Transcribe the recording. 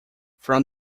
from